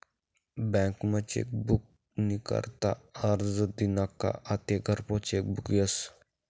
बँकमा चेकबुक नी करता आरजं दिना का आते घरपोच चेकबुक यस